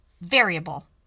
variable